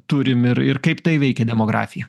turim ir ir kaip tai veikia demografiją